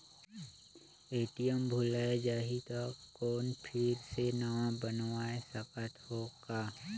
ATM भुलाये जाही तो कौन फिर से नवा बनवाय सकत हो का?